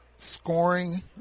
Scoring